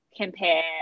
compare